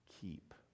keep